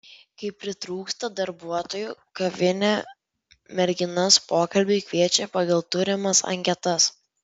kai pritrūksta darbuotojų kavinė merginas pokalbiui kviečia pagal turimas anketas